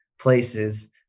places